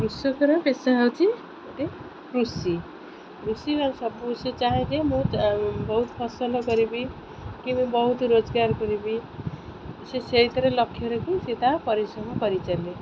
କୃଷକର ପେଶା ହେଉଛି ଗୋଟେ କୃଷି କୃଷି ମାନେ ସବୁ ବିଷୟ ଚାହେଁ ଯେ ମୁଁ ବହୁତ ଫସଲ କରିବି କି ମୁଁ ବହୁତ ରୋଜଗାର କରିବି ସେ ସେଇଥିରେ ଲକ୍ଷ୍ୟରେ କି ସେ ତା ପରିଶ୍ରମ କରି ଚାଲେ